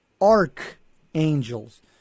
archangels